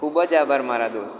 ખૂબ જ આભાર મારા દોસ્ત